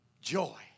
joy